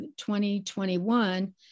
2021